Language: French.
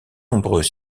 nombreux